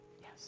Yes